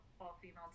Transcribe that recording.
all-female